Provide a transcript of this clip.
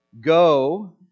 go